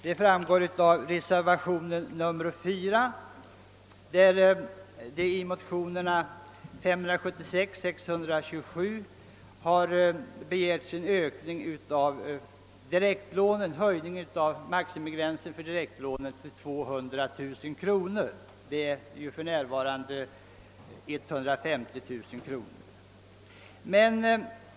Detta framgår av reservationen 4, där det står att man i motionerna I: 576 och II: 627 begär en höjning av maximibeloppet för direktlån från nuvarande 150 000 till 200 000 kronor.